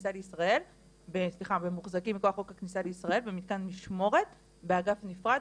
הכניסה לישראל במתקן משמורת באגף נפרד,